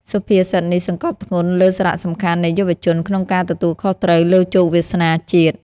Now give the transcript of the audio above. សុភាសិតនេះសង្កត់ធ្ងន់លើសារៈសំខាន់នៃយុវជន ក្នុងការទទួលខុសត្រូវលើជោគវាសនាជាតិ។